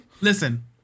Listen